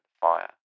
fire